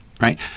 right